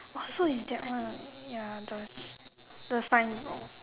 oh so is that one ya the s~ the sign